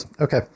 Okay